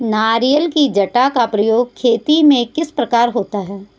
नारियल की जटा का प्रयोग खेती में किस प्रकार होता है?